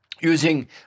using